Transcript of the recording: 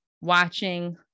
watching